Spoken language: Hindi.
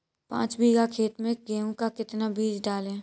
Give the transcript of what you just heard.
पाँच बीघा खेत में गेहूँ का कितना बीज डालें?